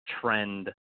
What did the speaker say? trend